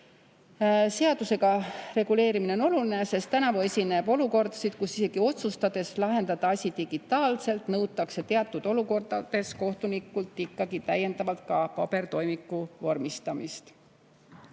seadusega reguleerimine on oluline, sest tänavu on esinenud olukordi, kus isegi siis, kui otsustatakse lahendada asi digitaalselt, nõutakse teatud olukordades kohtunikult täiendavalt ka pabertoimiku vormistamist.